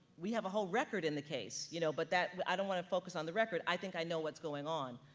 we have a whole record in the case, you know, but that i don't want to focus on the record, i think i know what's going on.